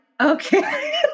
okay